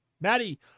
Maddie